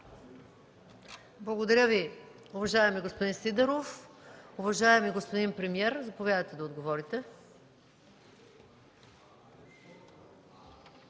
Благодаря Ви, уважаеми господин Сидеров. Уважаеми господин премиер, заповядайте да отговорите.